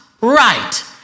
right